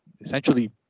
essentially